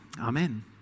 amen